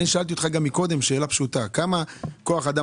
אני שאלתי אותך גם קודם שאלה פשוטה והיא כמה כוח אדם